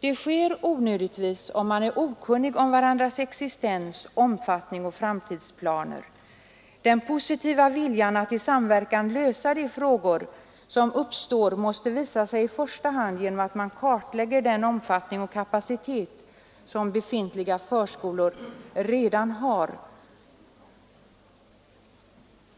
Det sker onödigtvis om man är okunnig om varandras existens, omfattning och framtidsplaner. Den positiva viljan att i samverkan lösa de frågor som uppstår måste visa sig i första hand genom att man kartlägger den omfattning och kapacitet som befintliga förskolor redan har.